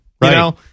Right